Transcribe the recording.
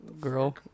Girl